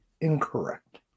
incorrect